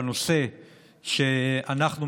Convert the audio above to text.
בנושא שאנחנו,